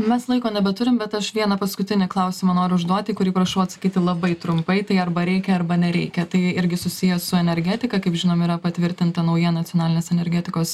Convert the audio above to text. mes laiko nebeturim bet aš vieną paskutinį klausimą noriu užduot į kurį prašau atsakyti labai trumpai tai arba reikia arba nereikia tai irgi susiję su energetika kaip žinom yra patvirtinta nauja nacionalinės energetikos